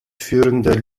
führender